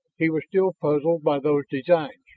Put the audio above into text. he was still puzzled by those designs.